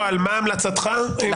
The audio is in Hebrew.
מה המלצתך בפועל?